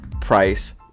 price